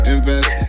Invest